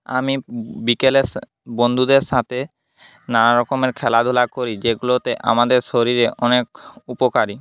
আমি বিকেলে বন্ধুদের সাথে নানারকমের খেলাধুলা করি যেগুলোতে আমাদের শরীরে অনেক উপকারী